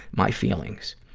my feelings.